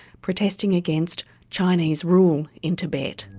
protesting against chinese rule in tibet.